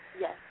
Yes